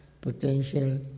potential